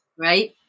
right